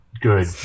good